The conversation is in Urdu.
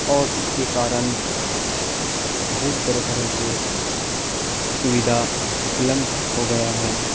اور اس کے کارن بہت طرح طرح کے سویدھا اپلبدھ ہو گیا ہے